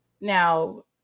Now